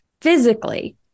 physically